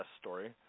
story